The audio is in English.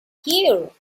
here